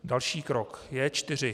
Další krok J4.